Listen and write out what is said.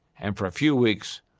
and for a few weeks,